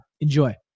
Enjoy